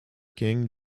king